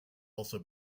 also